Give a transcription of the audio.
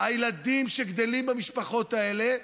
שגדלים במשפחות האלה,